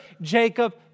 Jacob